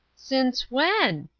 since when?